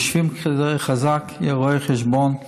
יושבים על זה חזק, רואה חשבון.